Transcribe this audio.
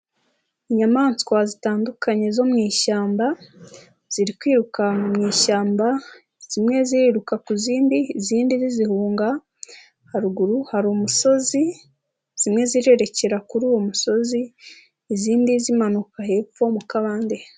Inyamaswa zitandukanye zo mu ishyamba, ziri kwirukanka mu ishyamba, zimwe ziriruka ku zindi, izindi zizihunga. Haruguru hari umusozi, zimwe zirerekera kuri uwo musozi, izindi zimanuka hepfo mu kabande.